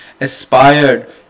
Aspired